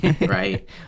Right